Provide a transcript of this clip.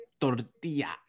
Tortilla